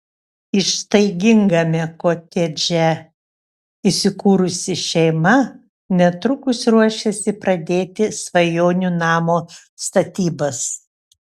ištaigingame kotedže įsikūrusi šeima netrukus ruošiasi pradėti svajonių namo statybas